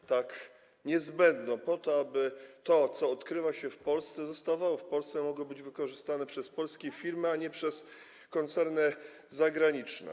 Jest to niezbędne do tego, aby to, co odkrywa się w Polsce, zostawało w Polsce, mogło być wykorzystane przez polskie firmy, a nie przez koncerny zagraniczne.